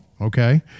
okay